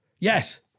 Yes